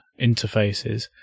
interfaces